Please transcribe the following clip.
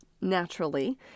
naturally